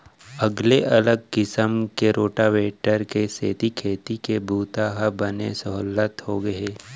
अगले अलग किसम के रोटावेटर के सेती खेती के बूता हर बने सहोल्लत होगे हे